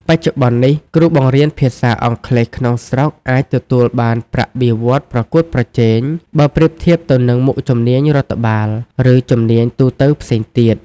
បច្ចុប្បន្ននេះ គ្រូបង្រៀនភាសាអង់គ្លេសក្នុងស្រុកអាចទទួលបានប្រាក់បៀវត្សរ៍ប្រកួតប្រជែង បើប្រៀបធៀបទៅនឹងមុខជំនាញរដ្ឋបាល ឬជំនាញទូទៅផ្សេងទៀត។